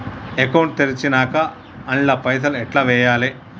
Account తెరిచినాక అండ్ల పైసల్ ఎట్ల వేయాలే?